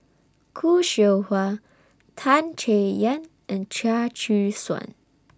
Khoo Seow Hwa Tan Chay Yan and Chia Choo Suan